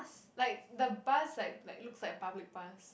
like the bus like like looks like a public bus